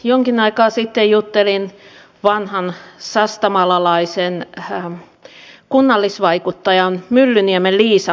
jonkin aikaa sitten juttelin vanhan sastamalalaisen kunnallisvaikuttajan myllyniemen liisan kanssa